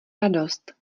radost